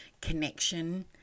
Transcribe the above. connection